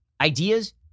ideas